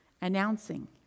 announcing